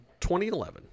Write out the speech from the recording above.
2011